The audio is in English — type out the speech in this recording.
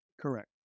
Correct